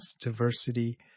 Diversity